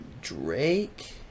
Drake